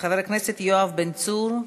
חבר הכנסת יואב בן צור,